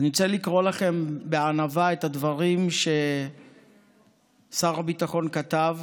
רוצה לקרוא לכם בענווה את הדברים ששר הביטחון כתב